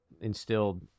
instilled